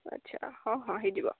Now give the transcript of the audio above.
ଆଚ୍ଛା ହଁ ହଁ ହେଇଯିବ